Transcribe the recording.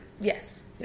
Yes